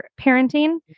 parenting